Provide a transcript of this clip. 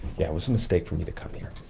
yeah it was a mistake for me to come here,